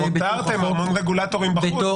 אבל הותרתם המון רגולטורים בחוץ,